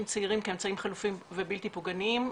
צעירים כאמצעים חלופיים ובלתי פוגעניים,